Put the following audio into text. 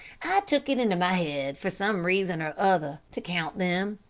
took it into my head, for some reason or other, to count them.